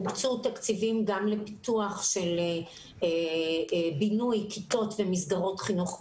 הוקצו תקציבים גם לפיתוח של בינוי כיתות ומסגרות חינוך מיוחד.